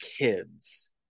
kids